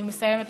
אני מסיימת,